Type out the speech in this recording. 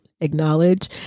acknowledge